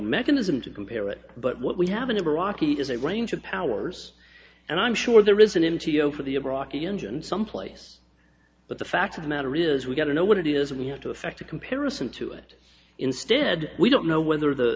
mechanism to compare it but what we have an iraqi is a range of powers and i'm sure there is an empty over the iraqi engine someplace but the fact of the matter is we've got to know what it is we have to effect a comparison to it instead we don't know whether the